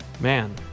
Man